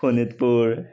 Sonitpur